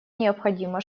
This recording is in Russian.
необходимо